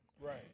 right